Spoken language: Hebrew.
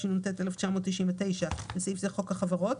התשנ"ט 1999‏ (בסעיף זה חוק החברות),